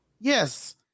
Yes